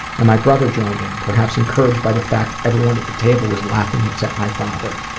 and my brother joined in, perhaps encouraged by the fact everyone at the table was laughing except my father.